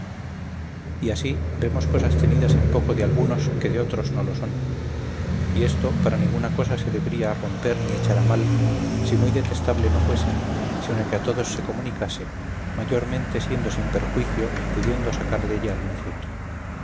y así vemos cosas tenidas en poco de algunos que de otros no lo son y esto para ninguna cosa se debría romper ni echar a mal si muy detestable no fuese sino que a todos se comunicase mayormente siendo sin perjuicio y pudiendo sacar della algún fruto